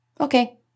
Okay